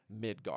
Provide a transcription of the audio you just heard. Midgar